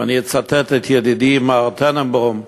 ואני אצטט את ידידי מר טננבוים,